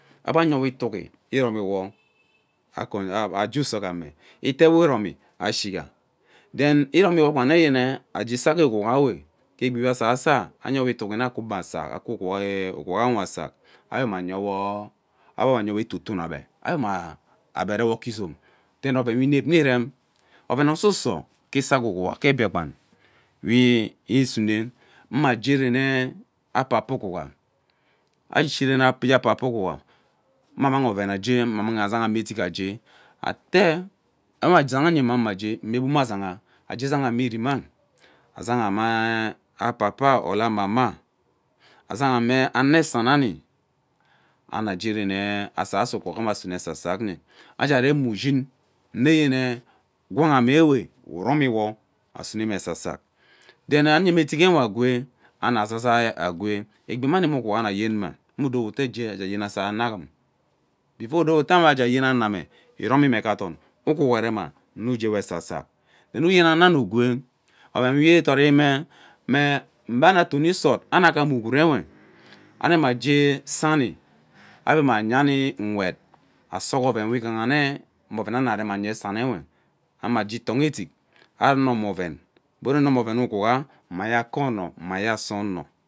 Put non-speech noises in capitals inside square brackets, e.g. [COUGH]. Ebe ayewo itigi iromiwo am [UNINTELLIGIBLE] coutin age uso ghame ite wo iromi ashiga then iromiwo gbane yene agee isak ugwuwe ke egbi we asasa aye wo itigi nne akuba asek aku sak egwua ene ugwawe asak ebe mme yewo etoton ebe, ebe asa agbere wo ke izom then oven we inep nne irem oven ususo ke isak ugwuga ke biakpan oven we isune nwe gee ren ee apapa ugwuga ashi ran apapa ugwuga ashi ran apapa ugwuga nwe amang azama mme etig age eta uwe azagha nye age mme erema azagha mme apapa or amama azagha mme ano sani ani ani agee rene asaso ugwuga nwe asune esak asak nye age arem ushin nneyene gwuame ewe uromiwo asume esak esak then ayene etig uwe agwee ani azazei agwee agbemi ni me ugwuga ani ayema gee aje ayen asere ano aghum before udo wo esak asak then uyeni ano ani ugwe oven we idorime mgba ani atoni set ani adom ugwewe ani nwe agee sani ebe uwe yani nwet asok oven we ani arem sami ewe ani agee itoho etigi anom orem beni inom oven ugwuaga mama we aka ono mma ye aso ono.